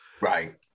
Right